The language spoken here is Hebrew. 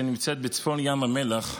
שנמצאת בצפון ים המלח,